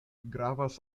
gravas